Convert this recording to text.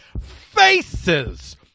Faces